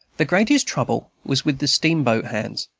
the greatest trouble was with the steamboat hands,